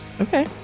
Okay